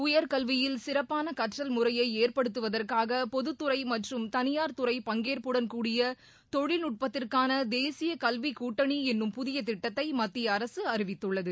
உயர்கல்வியில் சிறப்பான கற்றல் முறையை ஏற்படுத்துவதற்காக பொதுத்துறை மற்றும் தனியார் துறை பங்கேற்புடன்கூடிய தொழில்நுட்பத்திற்கான தேசிய கல்வி கூட்டணி என்னும் புதிய திட்டத்தை மத்திய அரசு அறிவித்துள்ளது